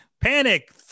panic